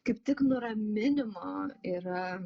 kaip tik nuraminimo yra